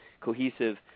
cohesive